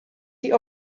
die